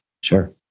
Sure